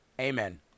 Amen